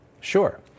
sure